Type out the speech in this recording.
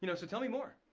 you know so tell me more.